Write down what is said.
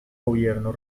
gobierno